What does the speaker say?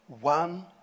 One